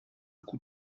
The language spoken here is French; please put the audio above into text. coût